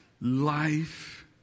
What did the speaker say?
Life